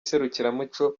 serukiramuco